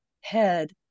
head